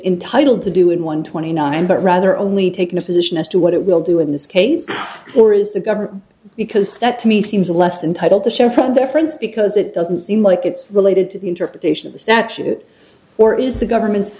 entitle to do in one twenty nine but rather only taking a position as to what it will do in this case where is the government because that to me seems less entitle to share from their friends because it doesn't seem like it's related to the interpretation of the statute or is the government's